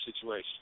situation